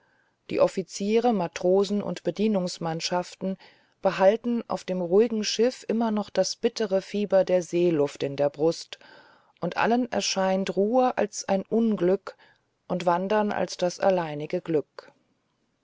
die offiziere matrosen und bedienungsmannschaften behalten auf dem ruhigen schiff immer noch das bittere fieber der seeluft in der brust und allen erscheint ruhe als ein unglück und wandern als das alleinige glück